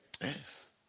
Yes